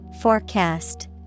Forecast